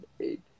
eight